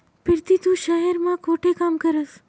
पिरती तू शहेर मा कोठे काम करस?